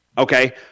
Okay